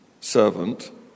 servant